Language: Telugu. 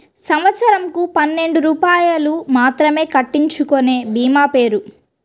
సంవత్సరంకు పన్నెండు రూపాయలు మాత్రమే కట్టించుకొనే భీమా పేరు?